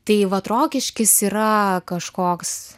tai vat rokiškis yra kažkoks